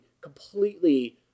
completely